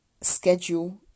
schedule